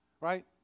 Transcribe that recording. right